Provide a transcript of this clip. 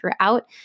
throughout